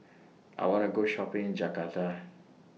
I want to Go Shopping in Jakarta